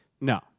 No